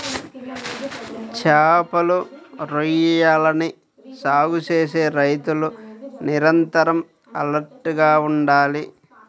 చేపలు, రొయ్యలని సాగు చేసే రైతులు నిరంతరం ఎలర్ట్ గా ఉండాలి